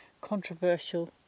controversial